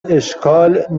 اشکال